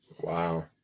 Wow